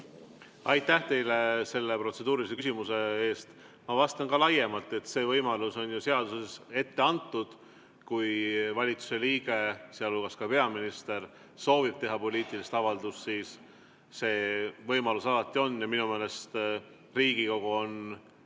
Aitäh teile selle protseduurilise küsimuse eest! Ma vastan ka laiemalt, et see võimalus on ju seaduses ette antud. Kui valitsuse liige, sh peaminister, soovib teha poliitilist avaldust, siis see võimalus alati on ja minu meelest Riigikogu on selle